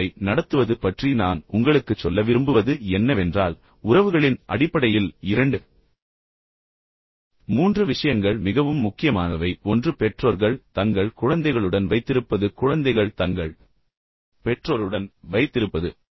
மற்றவர்களை நடத்துவது பற்றி நான் உங்களுக்குச் சொல்ல விரும்புவது என்னவென்றால் உறவுகளின் அடிப்படையில் இரண்டு மூன்று விஷயங்கள் மிகவும் முக்கியமானவை ஒன்று பெற்றோர்கள் தங்கள் குழந்தைகளுடன் வைத்திருப்பது மற்றும் குழந்தைகள் தங்கள் பெற்றோருடன் வைத்திருப்பது